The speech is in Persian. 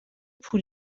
پول